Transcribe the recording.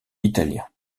italien